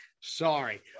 Sorry